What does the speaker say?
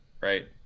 right